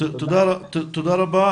תודה רבה,